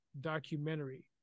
documentary